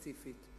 ספציפית.